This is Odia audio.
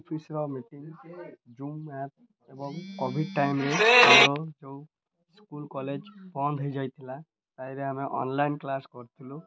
ଅଫିସରେ ମିଟିଙ୍ଗ ଜୁମ୍ ଆପ୍ ଏବଂ କୋଭିଡ଼ ଟାଇମ୍ରେ ଆମ ଯେଉଁ ସ୍କୁଲ କଲେଜ ବନ୍ଦ ହେଇଯାଇଥିଲା ତାହିଁରେ ଆମେ ଅନଲାଇନ୍ କ୍ଲାସ୍ କରିଥିଲୁ